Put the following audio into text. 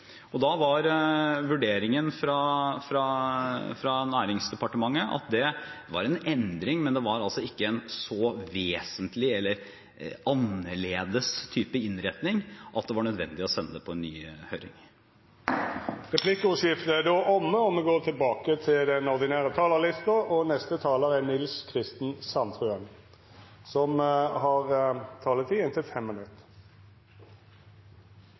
Da var vurderingen fra Næringsdepartementet at endringen ikke innebar en så vesentlig eller annerledes type innretning at det var nødvendig å sende det på en ny høring. Replikkordskiftet er då omme. Dette er alvor. Det er 700 norske sjøfolk som, sammen med sine familier, kjenner på stor usikkerhet nå. Det er